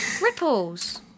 Ripples